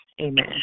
Amen